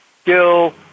skill